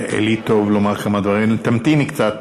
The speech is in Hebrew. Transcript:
תמתין קצת